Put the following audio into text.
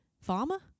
farmer